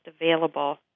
available